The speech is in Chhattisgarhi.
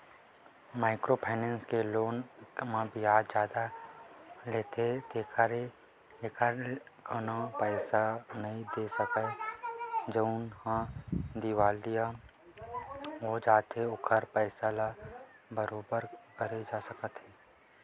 माइक्रो फाइनेंस के लोन म बियाज जादा लेथे जेखर ले कोनो पइसा नइ दे सकय जउनहा दिवालिया हो जाथे ओखर पइसा ल बरोबर करे जा सकय